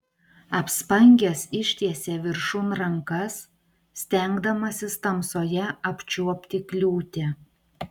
apspangęs ištiesė viršun rankas stengdamasis tamsoje apčiuopti kliūtį